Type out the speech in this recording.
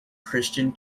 christian